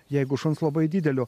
jeigu šuns labai didelio